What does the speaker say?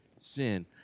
sin